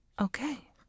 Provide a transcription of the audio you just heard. Okay